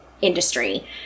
industry